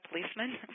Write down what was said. policeman